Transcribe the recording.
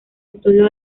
estudio